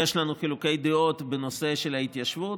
יש לנו חילוקי דעות בנושא של ההתיישבות,